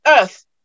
earth